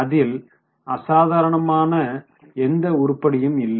அதில் அசாதாரணமான எந்த உருப்படியும் இல்லை